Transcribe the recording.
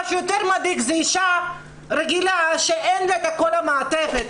מה שיותר מדאיג זאת אישה רגילה שאין לה את כל המעטפת.